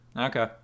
Okay